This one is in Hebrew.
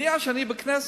מאז אני בכנסת,